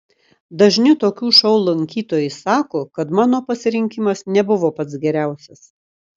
dažni tokių šou lankytojai sako kad mano pasirinkimas nebuvo pats geriausias